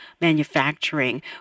manufacturing